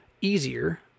easier